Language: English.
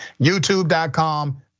youtube.com